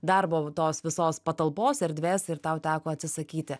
darbo tos visos patalpos erdvės ir tau teko atsisakyti